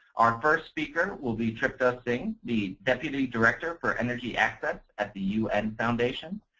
our first speaker will be tripta singh, the deputy director for energy access at the un foundation.